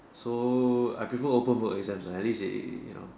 so I prefer open book exams at least there you know